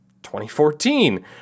2014